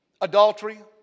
Adultery